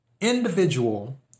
individual